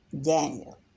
Daniel